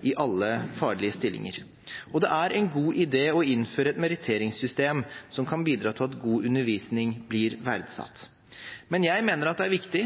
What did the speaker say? i alle faglige stillinger, og det er en god idé å innføre et meritteringssystem som kan bidra til at god undervisning blir verdsatt. Men jeg mener det er viktig,